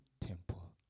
temple